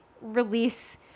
release